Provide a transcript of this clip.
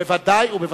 בוודאי ובוודאי.